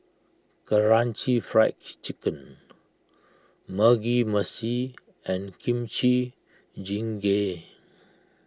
Karaage Fried Chicken Mugi Meshi and Kimchi Jjigae